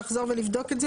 לחזור ולבדוק את זה?